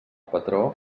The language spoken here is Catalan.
patró